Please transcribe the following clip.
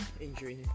Injury